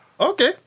Okay